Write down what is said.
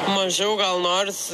mažiau gal norisi